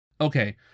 Okay